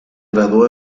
graduó